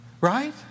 Right